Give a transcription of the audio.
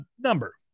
number